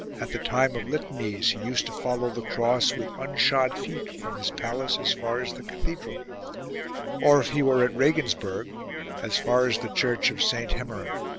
at the time of litanies he used to follow the cross with unshod feet from his palace as far as the cathedral or if he were at regensburg as far as the church of saint hemmeramm.